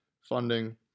funding